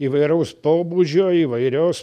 įvairaus pobūdžio įvairios